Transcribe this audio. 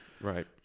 right